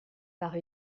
par